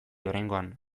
oraingoan